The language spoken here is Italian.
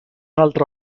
altro